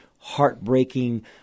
Heartbreaking